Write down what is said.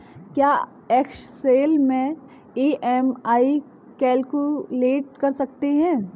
क्या एक्सेल में EMI calculate कर सकते हैं?